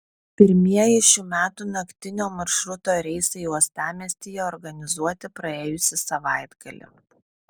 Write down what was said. pirmieji šių metų naktinio maršruto reisai uostamiestyje organizuoti praėjusį savaitgalį